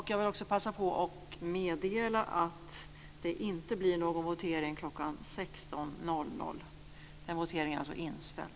Jag vill passa på att meddela att det inte blir någon votering kl. 16.00. Den voteringen är alltså inställd.